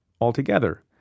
altogether